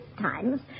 times